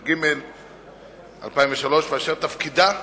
התשס"ג 2003, ותפקידה,